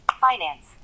finance